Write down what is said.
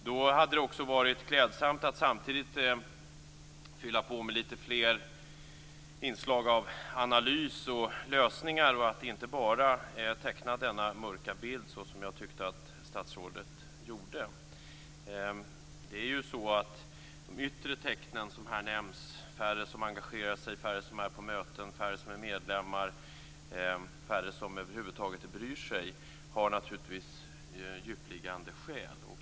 Då hade det också varit klädsamt att samtidigt fylla på med lite fler inslag av analys och lösningar och att inte bara teckna denna mörka bild, som jag tyckte att statsrådet gjorde. De yttre tecken som här nämns - färre som engagerar sig, färre som är på möten, färre som är medlemmar, färre som över huvud taget bryr sig - har naturligtvis djupliggande skäl.